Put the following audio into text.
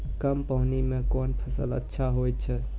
कम पानी म कोन फसल अच्छाहोय छै?